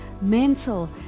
mental